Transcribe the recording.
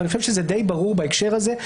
ואני חושב שזה די ברור בהקשר הזה,